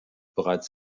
bereits